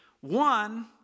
One